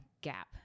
gap